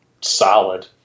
solid